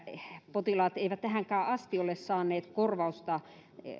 potilaat eivät tähänkään asti ole saaneet korvausta